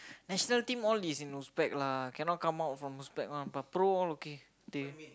nationality team all is in Uzbek lah cannot come out from Uzbek